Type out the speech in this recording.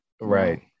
right